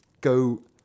go